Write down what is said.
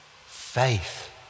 faith